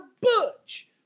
Butch